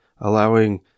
allowing